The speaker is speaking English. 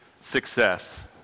success